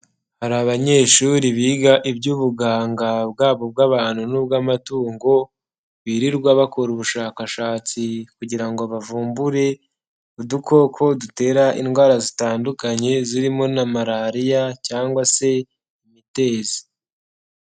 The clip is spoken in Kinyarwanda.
Hari abanyeshuri biga iby'ubuganga bwaba ubw'abantu n'ubw'amatungo, birirwa bakora ubushakashatsi kugira ngo bavumbure udukoko dutera indwara zitandukanye, zirimo na malariya cyangwa se imitezi.